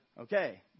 Okay